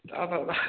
যা বাবা